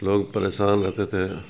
لوگ پریشان رہتے تھے